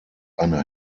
einer